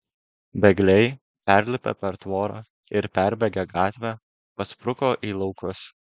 bėgliai perlipę per tvorą ir perbėgę gatvę paspruko į laukus